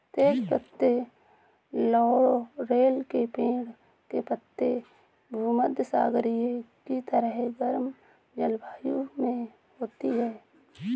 तेज पत्ते लॉरेल के पेड़ के पत्ते हैं भूमध्यसागरीय की तरह गर्म जलवायु में होती है